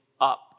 up